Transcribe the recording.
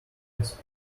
ice